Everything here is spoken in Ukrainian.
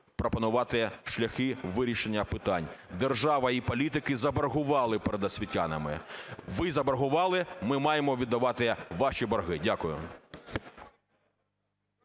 пропонувати шляхи вирішення питань. Держава і політики заборгували перед освітянами. Ви заборгували, ми маємо віддавати ваші борги. Дякую.